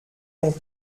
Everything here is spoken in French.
long